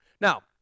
Now